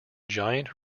giant